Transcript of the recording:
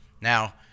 Now